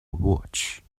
watch